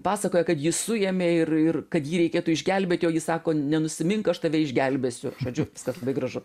pasakoja kad jį suėmė ir ir kad jį reikėtų išgelbėti o ji sako nenusimink aš tave išgelbėsiu žodžiu viskas labai gražu